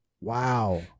Wow